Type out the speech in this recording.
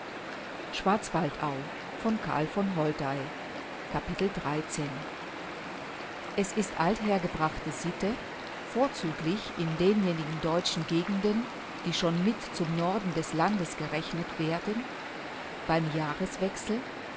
capitel es ist althergebrachte sitte vorzüglich in denjenigen deutschen gegenden die schon mit zum norden des landes gerechnet werden beim jahreswechsel